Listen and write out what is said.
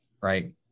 right